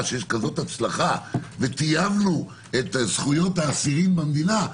שיש כזאת הצלחה וטייבנו את זכויות האסירים במדינה,